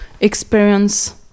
experience